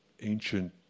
ancient